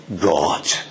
God